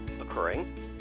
occurring